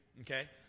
okay